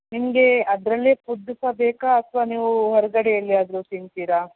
ನಿಮಗೆ ಅದರಲ್ಲಿಯೇ ಫುಡ್ ಸಹ ಬೇಕಾ ಅಥವಾ ನೀವು ಹೊರಗಡೆ ಎಲ್ಲಿಯಾದರೂ ತಿಂತೀರಾ